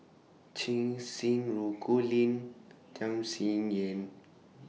Cheng Xinru Colin Tham Sien Yen